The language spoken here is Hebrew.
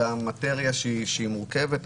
למטריה שהיא מורכבת,